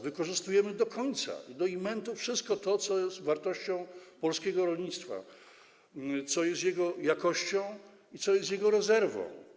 Wykorzystujemy do końca, do imentu wszystko to, co jest wartością polskiego rolnictwa, co jest jego jakością i rezerwą.